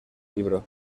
libro